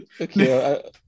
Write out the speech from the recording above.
Okay